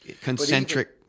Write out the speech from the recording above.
concentric